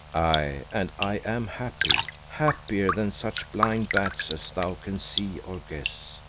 aye and i am happy happier than such blind bats as thou can see or guess.